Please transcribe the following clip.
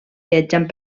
viatjant